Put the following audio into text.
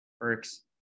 works